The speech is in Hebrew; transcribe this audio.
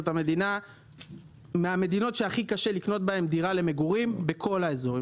זאת אחת מהמדינות שהכי קשה לקנות דירה למגורים בכל האזורים,